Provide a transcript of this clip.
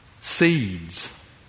seeds